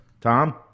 Tom